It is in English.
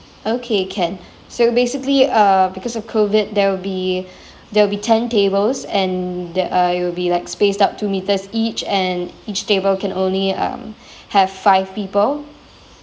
okay can so basically uh because of COVID there will be there will be ten tables and that uh it will be like spaced out two metres each and each table can only um have five people